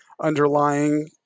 underlying